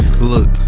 Look